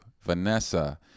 Vanessa